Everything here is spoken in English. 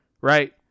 right